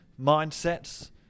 mindsets